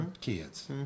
kids